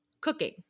cooking